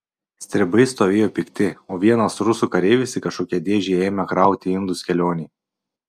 stribai stovėjo pikti o vienas rusų kareivis į kažkokią dėžę ėmė krauti indus kelionei